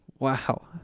Wow